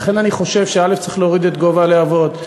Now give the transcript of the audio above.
לכן אני חושב שצריך להוריד את גובה הלהבות.